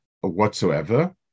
whatsoever